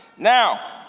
now,